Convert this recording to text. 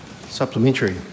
Supplementary